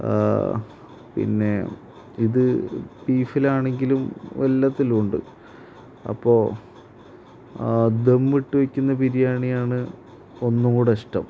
പിന്നെ ഇത് ബീഫിലാണെങ്കിലും എല്ലാറ്റിലുമുണ്ട് അപ്പോൾ ആ ദമ്മിട്ട് വയ്ക്കുന്ന ബിരിയാണിയാണ് ഒന്നുക്കൂടി ഇഷ്ടം